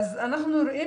אנחנו רואים,